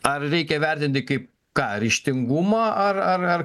ar reikia vertinti kaip ką ryžtingumą ar ar ar